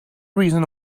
reason